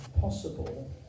possible